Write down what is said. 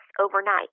overnight